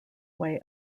way